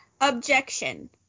Objection